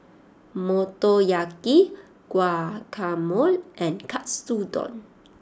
Motoyaki Guacamole and Katsudon